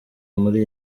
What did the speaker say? muri